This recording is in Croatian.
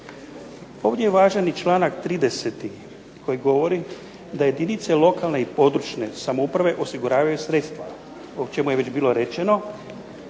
Ovdje je važan i članak 30. koji govori da jedinice lokalne i područne samouprave osiguravaju sredstva o čemu je već bilo rečeno